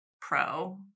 pro